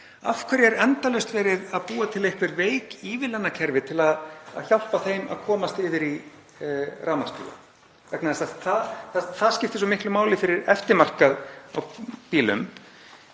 Af hverju er endalaust verið að búa til einhver veik ívilnanakerfi til að hjálpa þeim að komast yfir í rafmagnsbíl, vegna þess að það skiptir svo miklu máli fyrir eftirmarkað á bílum?